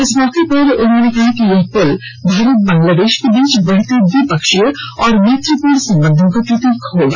इस मौके पर उन्होंने कहा कि यह पुल भारत बांग्लादेश के बीच बढ़ते द्विपक्षीय और मैत्रीपूर्ण संबांधों का प्रतीक होगा